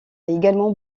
également